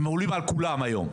הם עולים על כולם היום.